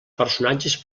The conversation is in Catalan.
personatges